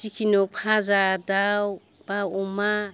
जिखुनु फाजा दाव बा अमा